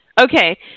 Okay